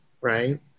Right